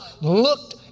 looked